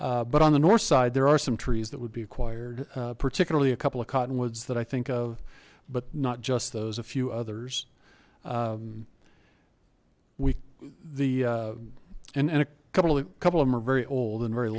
but on the north side there are some trees that would be acquired particularly a couple of cottonwoods that i think of but not just those a few others we the and a couple of a couple of them are very old and very